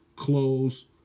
close